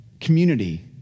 community